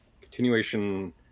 continuation